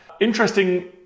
Interesting